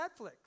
Netflix